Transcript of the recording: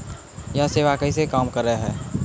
यह सेवा कैसे काम करै है?